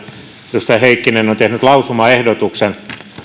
edustaja heikkinen on tehnyt lausumaehdotuksen